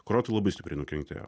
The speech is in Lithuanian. kurortai labai stipriai nukentėjo